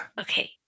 Okay